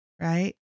right